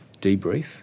debrief